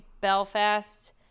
Belfast